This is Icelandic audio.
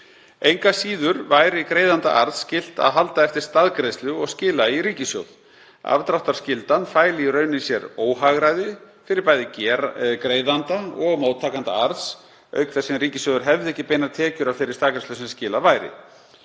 Engu að síður væri greiðanda arðs skylt að halda eftir staðgreiðslu og skila í ríkissjóð. Afdráttarskyldan fæli í raun í sér óhagræði fyrir bæði greiðanda og móttakanda arðs auk þess sem ríkissjóður hefði ekki beinar tekjur af þeirri staðgreiðslu sem skilað væri.